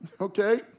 Okay